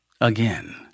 again